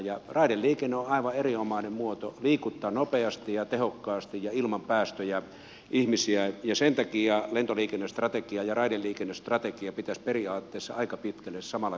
raideliikenne on aivan erinomainen muoto liikuttaa nopeasti ja tehokkaasti ja ilman päästöjä ihmisiä ja sen takia lentoliikennestrategia ja raideliikennestrategia pitäisi periaatteessa aika pitkälle samalla kertaa käsitellä